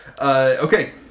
Okay